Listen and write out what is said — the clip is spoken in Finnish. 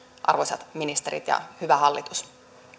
arvoisat ministerit ja hyvä hallitus